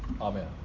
Amen